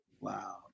wow